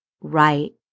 right